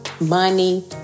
money